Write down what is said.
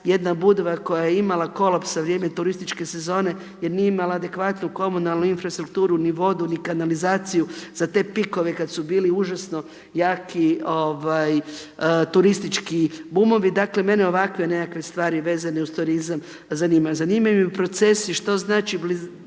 jedna Budva koja je imala kolaps za vrijeme turističke sezone jer nije imala adekvatnu komunalnu infrastrukturu ni vodu ni kanalizaciju za te pikove kada su bili užasno jaki turistički bumovi, dakle mene ovakve nekakve stvari vezane uz turizam zanimaju. Zanimaju me procesi što znači blizina